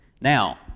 Now